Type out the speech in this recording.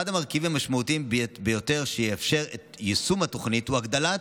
אחד המרכיבים המשמעותיים ביותר שיאפשרו את יישום התוכנית הוא הגדלת